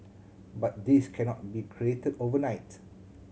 but this cannot be created overnight